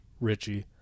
richie